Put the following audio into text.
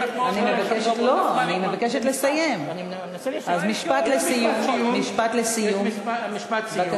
אני מבקשת לא להפריע לי בניהול הישיבה.